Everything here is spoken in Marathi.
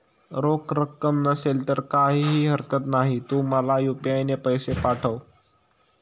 रोख रक्कम नसेल तर काहीही हरकत नाही, तू मला यू.पी.आय ने पैसे पाठव